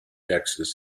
texas